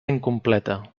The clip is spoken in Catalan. incompleta